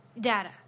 data